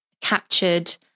captured